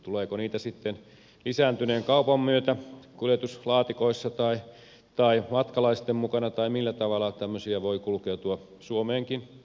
tuleeko niitä sitten lisääntyneen kaupan myötä kuljetuslaatikoissa tai matkalaisten mukana tai millä tavalla tämmöisiä voi kulkeutua suomeenkin